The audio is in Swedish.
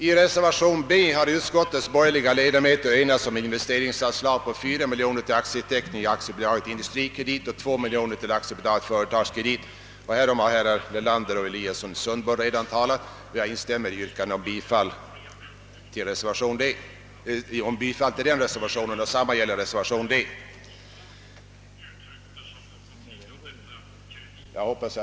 I reservation B har utskottets borgerliga ledamöter enats om att begära ett investeringsanslag på 4 miljoner kronor till aktieteckning i AB Industrikredit och 2 miljoner kronor till teckning av aktier i AB Företagskredit. Härom har herrar Nelander och Eliasson i Sundborn redan talat, och jag yrkar bifall till reservationerna B och D.